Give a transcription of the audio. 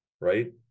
right